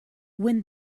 when